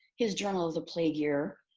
his journal of the plague year